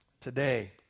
Today